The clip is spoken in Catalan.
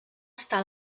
està